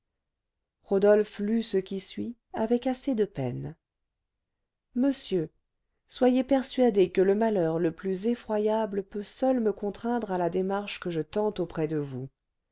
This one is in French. rodolphe lut ce qui suit avec assez de peine monsieur soyez persuadé que le malheur le plus effroyable peut seul me contraindre à la démarche que je tente auprès de vous